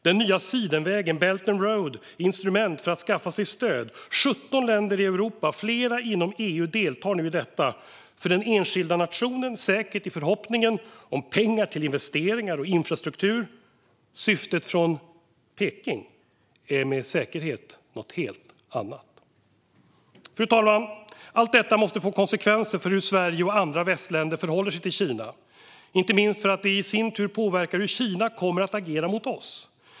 Den nya Sidenvägen, Belt and Road, är instrumentet för att skaffa sig stöd. 17 länder i Europa, flera inom EU, deltar nu i detta - för den enskilda nationen säkert i förhoppningen om pengar till investeringar och infrastruktur. Syftet från Peking är med säkerhet något helt annat. Fru talman! Allt detta måste få konsekvenser för hur Sverige och andra västländer förhåller sig till Kina, inte minst för att det i sin tur påverkar hur Kina kommer att agera mot oss.